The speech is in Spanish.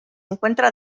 encuentra